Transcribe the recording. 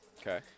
Okay